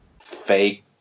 fake